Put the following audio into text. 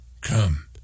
Come